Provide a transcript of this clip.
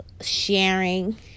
sharing